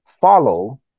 follow